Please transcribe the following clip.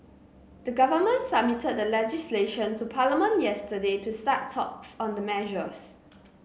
the government submitted the legislation to Parliament yesterday to start talks on the measures